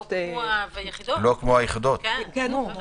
מסיבות --- עוד לא הוקמו היחידות, זאת הבעיה.